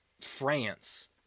France